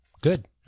Good